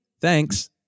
Thanks